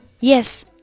Yes